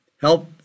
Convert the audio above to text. help